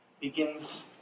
begins